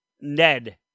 Ned